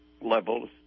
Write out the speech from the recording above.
levels